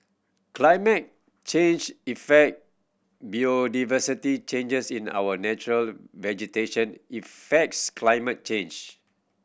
climate change effect biodiversity changes in our natural vegetation effects climate change